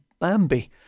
Bambi